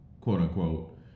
quote-unquote